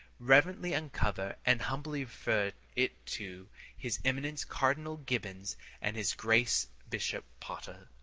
reverently uncover and humbly refer it to his eminence cardinal gibbons and his grace bishop potter.